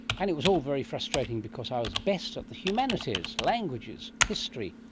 and it was all very frustrating because i was best at the humanities languages, history,